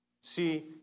See